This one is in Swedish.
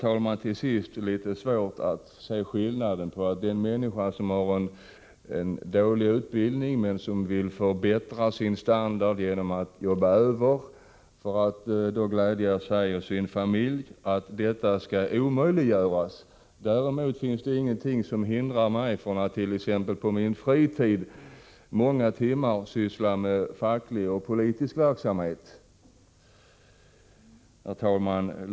Jag har till sist litet svårt att se logiken i att en människa som har en dålig utbildning men som genom att jobba över vill förbättra sin standard och därigenom glädja sig och sin familj skall hindras från att göra detta, när det inte finns någonting som hindrar mig från att många timmar på min fritid syssla med politisk och facklig verksamhet. Herr talman!